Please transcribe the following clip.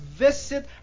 visit